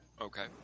Okay